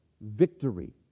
victory